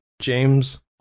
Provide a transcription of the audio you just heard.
James